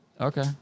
Okay